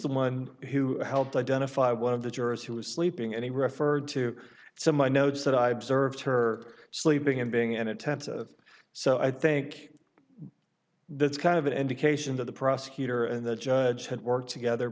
the one who helped identify one of the jurors who was sleeping and he referred to some my notes that i observed her sleeping in being an attempt so i think that's kind of an education that the prosecutor and the judge had worked together